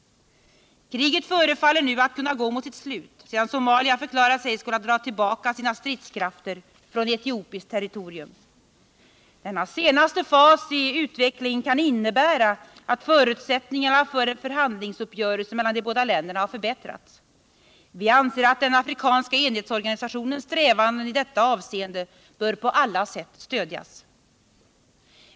Kriget förefaller nu att kunna gå mot sitt slut, sedan Somalia har förklarat sig skola dra tillbaka sina stridskrafter från etiopiskt territorium. Denna senaste fas i utvecklingen kan innebära att förutsättningarna för en förhandlingsuppgörelse mellan de båda länderna har förbättrats. Vi anser att den afrikanska enhetsorganisationens strävanden i detta avseende bör på alla sätt stödjas.